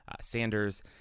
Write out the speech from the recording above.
Sanders